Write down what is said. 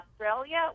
Australia